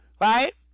right